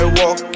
walk